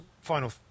final